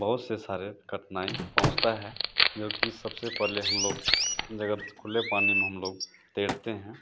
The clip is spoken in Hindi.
बहुत से सारे कठिनाई पहुँचता है जोकि सबसे पहले हम लोग अगर खुले पानी में हम लोग तैरते हैं